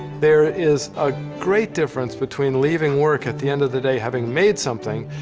there is a great difference between leaving work at the end of the day having made something,